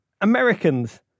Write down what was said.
Americans